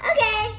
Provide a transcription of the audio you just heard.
Okay